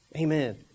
Amen